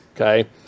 Okay